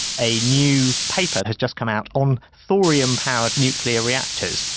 a new paper has just come out on thorium powered nuclear reactors.